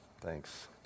Thanks